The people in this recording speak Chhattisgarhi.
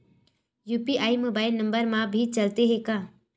यू.पी.आई मोबाइल नंबर मा भी चलते हे का?